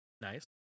nice